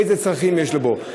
איזה צרכים יש לו בו,